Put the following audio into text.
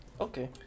okay